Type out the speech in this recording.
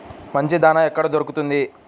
మంచి దాణా ఎక్కడ దొరుకుతుంది?